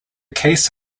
case